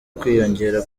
kwiyongera